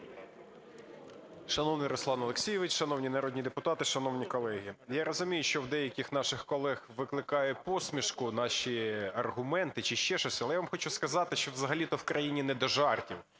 Шановний Руслан Олексійович! Шановні народні депутати! Шановні колеги! Я розумію, що в деяких наших колег викликають посмішку наші аргументи чи ще щось, але я вам хочу сказати, що взагалі-то в країні не до жартів.